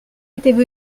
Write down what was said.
étaient